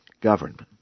government